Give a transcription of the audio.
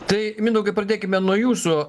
tai mindaugai pradėkime nuo jūsų